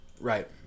Right